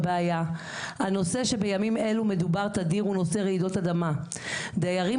את הדיור